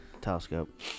telescope